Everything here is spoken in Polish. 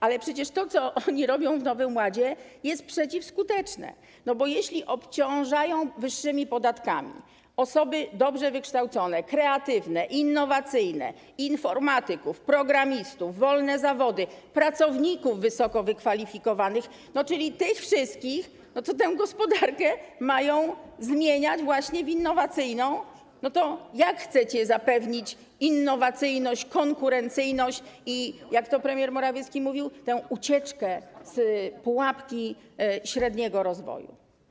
Ale przecież to, co robicie w ramach Polskiego Ładu, jest przeciwskuteczne, bo jeśli obciążacie wyższymi podatkami osoby dobrze wykształcone, kreatywne, innowacyjne, informatyków, programistów, wolne zawody, pracowników wysoko wykwalifikowanych, czyli tych wszystkich, którzy tę gospodarkę mają zmieniać właśnie w innowacyjną, to jak chcecie zapewnić innowacyjność, konkurencyjność i - jak to premier Morawiecki powiedział: tę ucieczkę z pułapki średniego rozwoju.